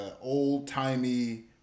old-timey